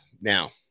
now